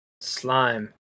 slime